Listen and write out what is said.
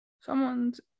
Someone's